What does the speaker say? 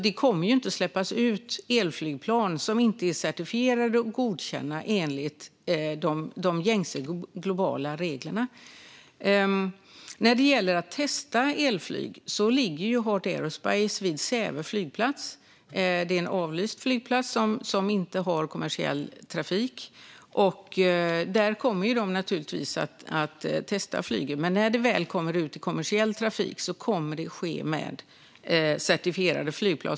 Det kommer inte att släppas ut elflygplan som inte är certifierade och godkända enligt de gängse, globala reglerna. När det gäller att testa elflyg ligger ju Heart Aerospace vid Säve flygplats, en avlyst flygplats som inte har kommersiell trafik. Där kommer de att testa planen, men när dessa väl kommer ut i kommersiell trafik kommer det att vara certifierade flygplan.